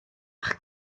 bach